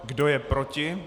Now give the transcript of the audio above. Kdo je proti?